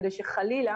כדי שחלילה